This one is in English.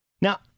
now